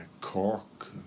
Cork